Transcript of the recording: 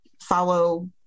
follow